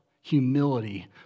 humility